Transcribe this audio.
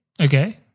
Okay